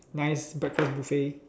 nice breakfast buffet